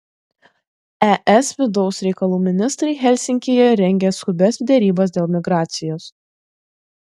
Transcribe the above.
es vidaus reikalų ministrai helsinkyje rengia skubias derybas dėl migracijos